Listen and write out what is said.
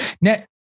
Net